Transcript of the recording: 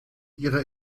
ihrer